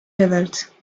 révoltes